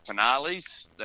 finales